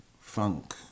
funk